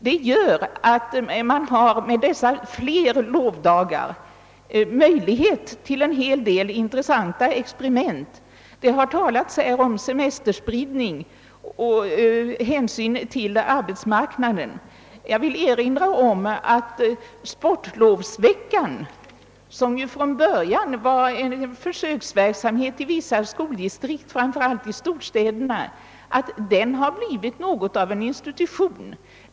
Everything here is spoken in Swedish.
Med det större antalet lovdagar får man möjlighet till en hel del intressanta experiment. Det har talats om semesterspridning och hänsyn till förhållandena på arbetsmarknaden. Jag vill erinra om att sportlovsveckan, som från början var en försöksverksamhet i vissa skoldistrikt — framför allt i storstäderna — har blivit något av en institution.